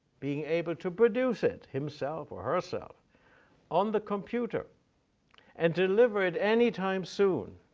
being able to produce it himself or herself on the computer and deliver it any time soon,